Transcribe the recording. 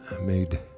made